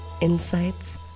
insights